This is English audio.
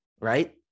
right